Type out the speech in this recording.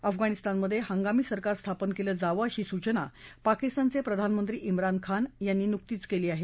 अफगाणिस्तानमधे हंगामी सरकार स्थापन केलं जावं अशी सूचना पाकिस्तानचे प्रधानमंत्री चिना खान यांनी नुकतीच केली आहे